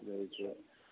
बुझै छियै